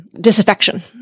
disaffection